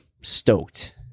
stoked